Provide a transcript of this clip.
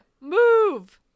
Move